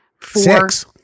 Six